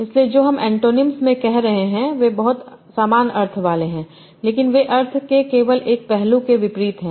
इसलिए जो हम ऐन्टोनिम्स में कह रहे हैं वे बहुत समान अर्थ वाले हैं लेकिन वे अर्थ के केवल एक पहलू के विपरीत हैं